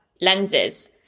lenses